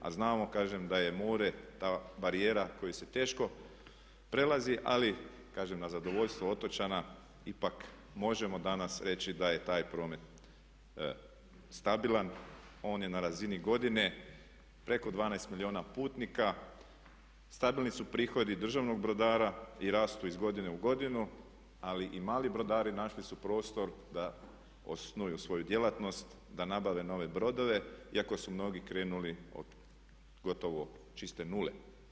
A znamo kažem da je more ta barijera koju se teško prelazi ali kažem na zadovoljstvo otočana ipak možemo danas reći da je taj promet stabilan, on je na razini godine preko 12 milijuna putnika, stabilni su prihodi državnog brodara i rastu iz godine u godinu ali i mali brodari našli su prostor da osnuju svoju djelatnost, da nabave nove brodove iako su mnogi krenuli od gotovo čiste nule.